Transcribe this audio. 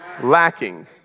lacking